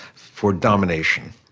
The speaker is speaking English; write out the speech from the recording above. for domination.